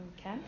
Okay